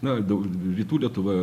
na daug rytų lietuva